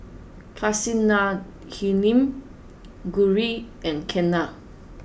Kasinadhuni Gauri and Ketna